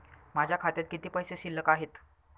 माझ्या खात्यात किती पैसे शिल्लक आहेत?